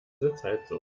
sitzheizung